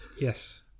Yes